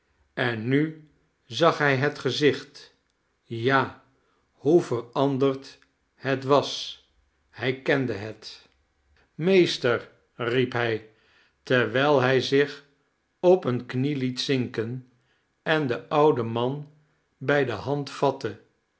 en nu zag hij het gezicht ja hoe veranderd het was hij kende het msm mmmmm mmmmmmmm nelly meester riep hij terwijl hij zich op eene knie liet zinken en den ouden man bij de